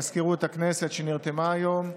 מזכירות הכנסת, שנרתמה היום,